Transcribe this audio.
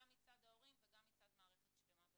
גם מצד ההורים וגם מצד מערכת שלמה.